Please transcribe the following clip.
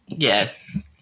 Yes